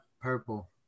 purple